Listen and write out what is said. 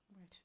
Right